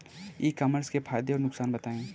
ई commerce के फायदे और नुकसान बताएँ?